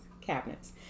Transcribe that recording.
cabinets